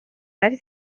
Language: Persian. ولی